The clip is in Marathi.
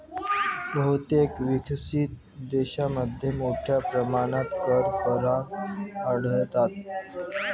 बहुतेक विकसित देशांमध्ये मोठ्या प्रमाणात कर करार आढळतात